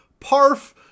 Parf